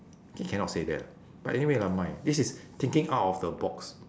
okay cannot say that but anyway never mind this is thinking out of the box